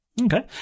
Okay